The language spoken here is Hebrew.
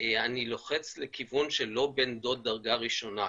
אני לוחץ לכיוון של לא בן דוד דרגה ראשונה,